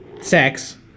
sex